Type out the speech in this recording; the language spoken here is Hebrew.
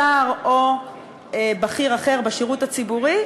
שר או בכיר אחר בשירות הציבורי,